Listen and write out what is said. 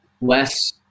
Less